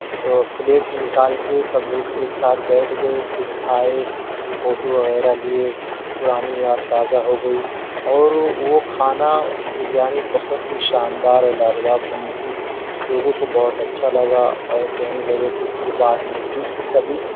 plate میں نکال کے سب لوگ ایک ساتھ بیٹھ گئے پھر کھائے فوٹو وغیرہ لیے پرانی یاد تازہ ہو گئی اور وہ کھانا بریانی بہت ہی شاندار اور لاجواب بنی تھی لوگوں کو بہت اچھا لگا اور کہنے لگے کہ پھر بعد میں پھر پھر کبھی